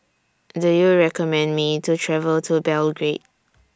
Do YOU recommend Me to travel to Belgrade